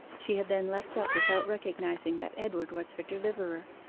she had then leapt up without recognizing that edward was her deliverer,